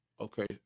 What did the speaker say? Okay